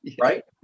right